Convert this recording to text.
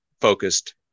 focused